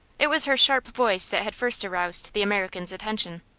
it was her sharp voice that had first aroused the american's attention.